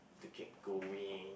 to keep going